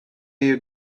you